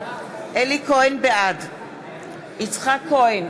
בעד יצחק כהן,